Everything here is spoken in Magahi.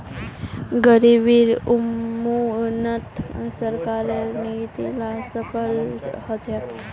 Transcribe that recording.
गरीबी उन्मूलनत सरकारेर नीती ला सफल ह छेक